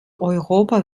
europa